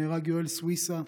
נהרג יואל סויסה,